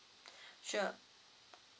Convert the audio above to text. sure